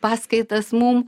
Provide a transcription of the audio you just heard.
paskaitas mum